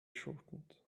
shortened